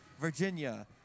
Virginia